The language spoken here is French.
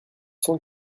cent